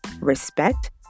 respect